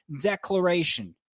declaration